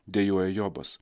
dejuoja jobas